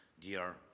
dear